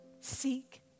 Seek